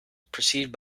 percieved